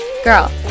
Girl